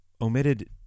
omitted